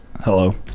Hello